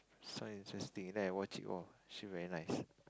sounds interesting then I watch it !woah! sure very nice